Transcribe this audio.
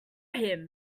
him